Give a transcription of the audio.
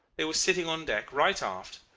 they were sitting on deck right aft,